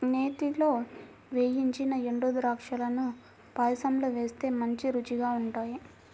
నేతిలో వేయించిన ఎండుద్రాక్షాలను పాయసంలో వేస్తే మంచి రుచిగా ఉంటాయి